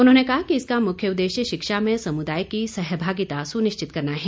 उन्होंने कहा कि इसका मुख्य उद्देश्य शिक्षा में समुदाय की सहभागिता सुनिश्चित करना है